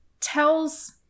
tells